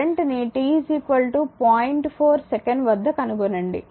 4 సెకను వద్ద కనుగొనండి